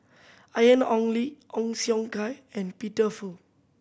Ian Ong Li Ong Siong Kai and Peter Fu